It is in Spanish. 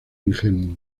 ingenuo